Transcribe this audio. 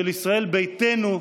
של ישראל ביתנו,